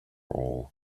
all